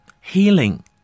healing